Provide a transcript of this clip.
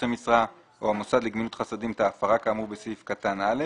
המשרה או המוסד לגמילות חסדים את ההפרה כאמור בסעיף קטן (א),